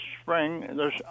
spring